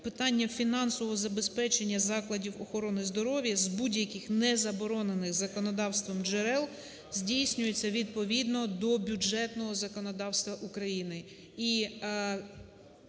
питання фінансового забезпечення закладів охорони здоров'я з будь-яких незаборонених законодавством джерел здійснюються відповідно до бюджетного законодавства України.